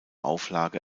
auflage